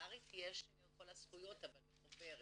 אמהרית יש את כל הזכויות אבל בחוברת.